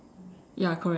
ya correct